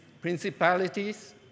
principalities